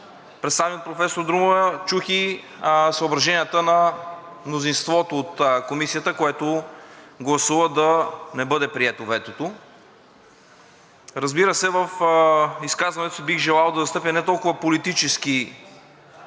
представени от професор Друмева, чух и съображенията на мнозинството от Комисията, което гласува да не бъде прието ветото. Разбира се, в изказването си бих желал да застъпя не толкова политически